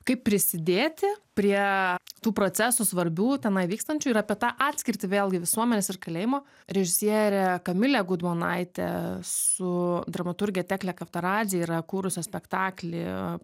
kaip prisidėti prie tų procesų svarbių tenai vykstančių ir apie tą atskirtį vėlgi visuomenės ir kalėjimo režisierė kamilė gudmonaitė su dramaturge tekle kaptaradze yra kūrusios spektaklį